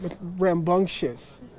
rambunctious